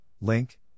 link